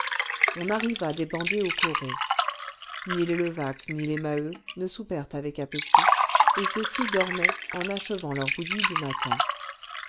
on arriva débandé au coron ni les levaque ni les maheu ne soupèrent avec appétit et ceux-ci dormaient en achevant leur bouilli du matin